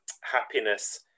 happiness